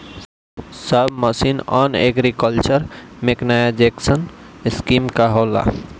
सब mission on agriculture mechanisation scheme का होला?